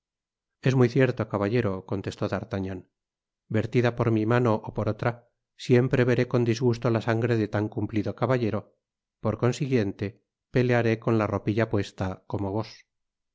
es muy cierto caballero contestó d'artagnan vertida por mi mano ó por otra siempre veré con disgusto la sangre de tan cumplido caballero por consiguiente pelearé con la ropilla puesta como vos